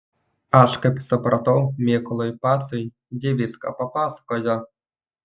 aš kaip supratau mykolui pacui ji viską papasakojo